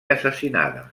assassinada